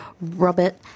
Robert